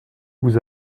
vous